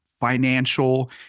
financial